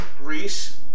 Reese